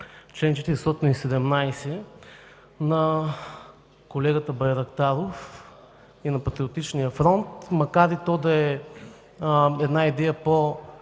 чл. 417 на колегата Байрактаров и на Патриотичния фронт, макар то да е една идея по-радикално,